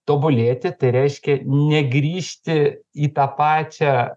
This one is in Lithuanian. tobulėti tai reiškia negrįžti į tą pačią